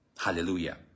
Hallelujah